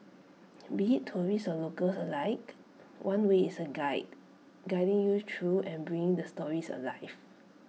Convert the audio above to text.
be IT tourists or locals alike one way is A guide guiding you through and bringing the stories alive